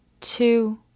two